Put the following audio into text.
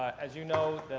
as you know,